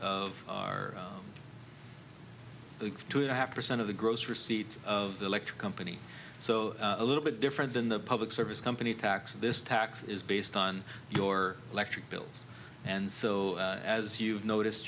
of our two and a half percent of the gross receipts of the electric company so a little bit different than the public service company tax this tax is based on your electric bills and so as you've noticed